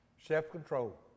self-control